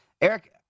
Eric